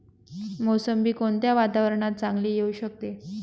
मोसंबी कोणत्या वातावरणात चांगली येऊ शकते?